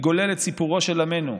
מגולל את סיפורו של עמנו,